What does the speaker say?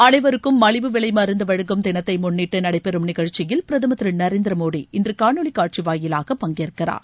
அனைவருக்கும் மலிவு விலை மருந்து வழங்கும் தினத்தை முன்னிட்டு நடைபெறும் நிகழ்ச்சியில் பிரதமர் திரு நரேந்திர மோடி இன்று காணொலி காட்சி வாயிலாக பங்கேற்கிறார்